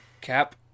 Cap